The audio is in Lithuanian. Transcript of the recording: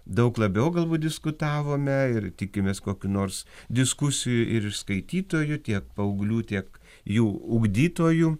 daug labiau galbūt diskutavome ir tikimės kokių nors diskusijų ir iš skaitytojų tiek paauglių tiek jų ugdytojų